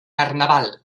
carnaval